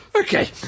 Okay